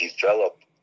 develop